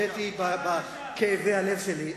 הודיתי בכאבי הלב שלי.